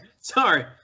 Sorry